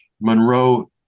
Monroe